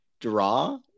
draw